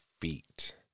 feet